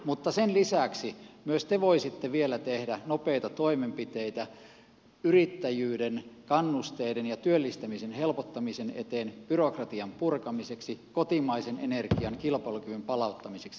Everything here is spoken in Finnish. mutta sen lisäksi myös te voisitte vielä tehdä nopeita toimenpiteitä yrittäjyyden kannusteiden ja työllistämisen helpottamisen eteen byrokratian purkamiseksi kotimaisen energian kilpailukyvyn palauttamiseksi